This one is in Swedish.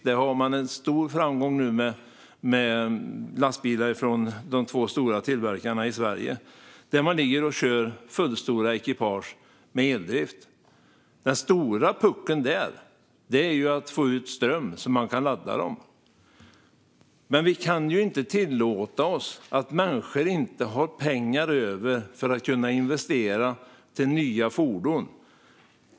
Där har man nu en stor framgång med lastbilar från de två stora tillverkarna i Sverige som kör fullstora ekipage med eldrift. Den stora puckeln där handlar ju om att få ut ström så att man kan ladda dem. Men vi kan inte tillåta oss att privatpersoner och företag inte har pengar över för att kunna investera i nya fordon.